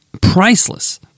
priceless